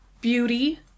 beauty